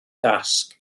dasg